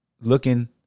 looking